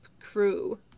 crew